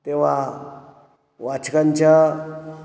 तेव्हा वाचकांच्या